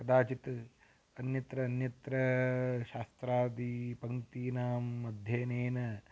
कदाचित् अन्यत्र अन्यत्र शास्त्रादिपङ्क्तीनाम् अध्ययनेन